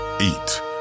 eat